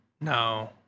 No